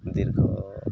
ଦୀର୍ଘ